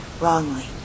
wrongly